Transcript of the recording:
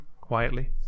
quietly